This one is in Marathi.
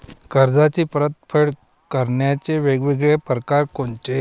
कर्जाची परतफेड करण्याचे वेगवेगळ परकार कोनचे?